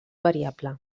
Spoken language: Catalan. variable